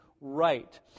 right